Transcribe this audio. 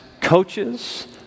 coaches